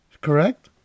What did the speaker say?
Correct